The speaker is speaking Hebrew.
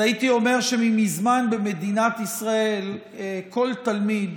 אז הייתי אומר שמזמן במדינת ישראל כל תלמיד